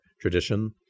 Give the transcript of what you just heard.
tradition